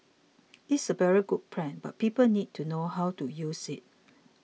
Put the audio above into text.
is a very good plan but people need to know how to use it